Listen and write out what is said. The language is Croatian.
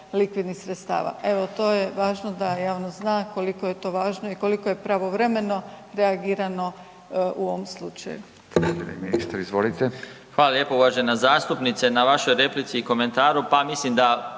likvidnih sredstava. Evo to je važno da javnost zna koliko je to važno i koliko je pravovremeno reagirano u ovom slučaju. **Radin, Furio (Nezavisni)** G. ministre, izvolite.